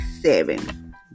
seven